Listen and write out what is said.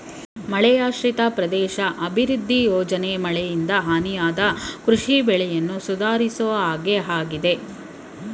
ಮಳೆಯಾಶ್ರಿತ ಪ್ರದೇಶ ಅಭಿವೃದ್ಧಿ ಯೋಜನೆ ಮಳೆಯಿಂದ ಹಾನಿಯಾದ ಕೃಷಿ ಬೆಳೆಯನ್ನ ಸುಧಾರಿಸೋದಾಗಯ್ತೆ